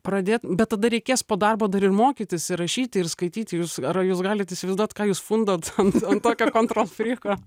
pradėt bet tada reikės po darbo dar ir mokytis rašyti ir skaityti jūs ar jus galit įsivaizduot ką jūs fundot ant ant tokio kontrolfryko